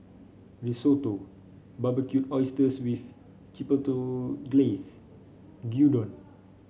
Risotto Barbecued Oysters with Chipotle Glaze Gyudon